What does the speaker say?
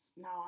No